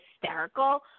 hysterical